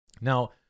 now